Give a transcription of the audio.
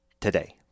today